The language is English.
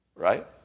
right